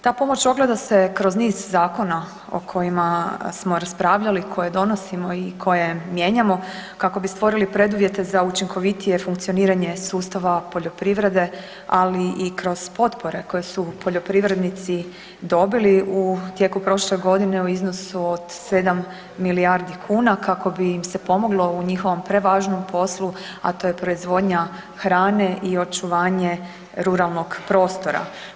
Ta pomoć ogleda se kroz niz zakona o kojima smo raspravljali, koje donosimo i koje mijenjamo kako bi stvorili preduvjete za učinkovitije funkcioniranje sustava poljoprivrede, ali i kroz potpore koje su poljoprivrednici dobili u tijeku prošle godine u iznosu od 7 milijardi kuna kako bi im se pomoglo u njihovom prevažnom poslu, a to je proizvodnja hrane i očuvanje ruralnog prostora.